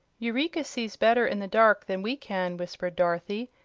eureka sees better in the dark than we can, whispered dorothy.